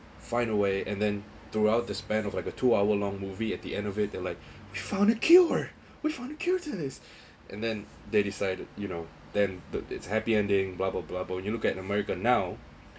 find a way and then throughout the span of like a two hour long movie at the end of it they're like found a cure which want to cure to this and then they decided you know then the it's happy ending blah blah blah but when you look at america now